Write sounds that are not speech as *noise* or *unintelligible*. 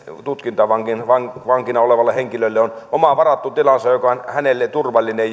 tutkintavankina olevalle henkilölle on oma varattu tilansa joka on hänelle turvallinen *unintelligible*